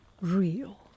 real